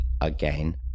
again